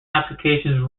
applications